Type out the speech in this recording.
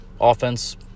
offense